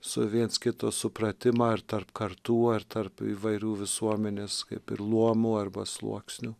su viens kito supratimą ar tarp kartų ar tarp įvairių visuomenės kaip ir luomų arba sluoksnių